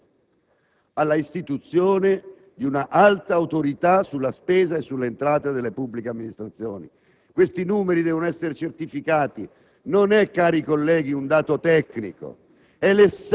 Credo, come ho detto anche altre volte, che il lavoro che abbiamo cominciato in primavera sulle procedure di bilancio, sull'organizzazione del Parlamento, debba necessariamente condurre